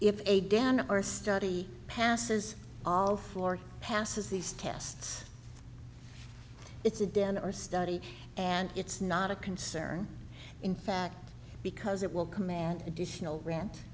if a down or study passes all floor passes these tests it's a den or study and it's not a concern in fact because it will command additional